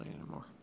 anymore